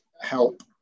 help